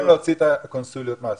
חייבים להוציא את הקונסוליות מהסיפור.